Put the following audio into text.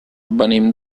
venim